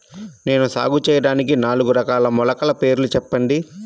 నేను సాగు చేయటానికి నాలుగు రకాల మొలకల పేర్లు చెప్పండి?